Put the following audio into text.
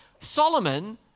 Solomon